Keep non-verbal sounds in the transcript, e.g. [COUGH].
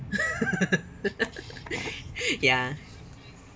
[LAUGHS] [BREATH] ya